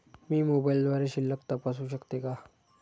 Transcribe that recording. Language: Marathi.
मी मोबाइलद्वारे शिल्लक तपासू शकते का?